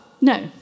no